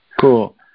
Cool